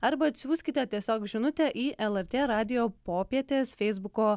arba atsiųskite tiesiog žinutę į lrt radijo popietės feisbuko